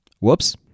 Whoops